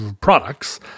products